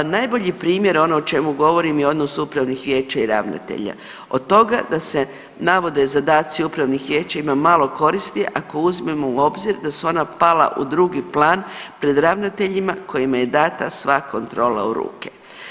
Najbolji primjer ono o čemu govorim je odnos upravnih vijeća i ravnatelja, od toga da se navode zadaci upravnih vijeća ima malo koristi ako uzmemo u obzir da su ona pala u drugi plan pred ravnateljima kojima je data sva kontrola u ruke.